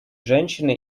женщины